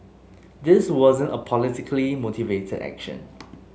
this wasn't a politically motivated action